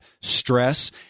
stress